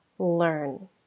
learn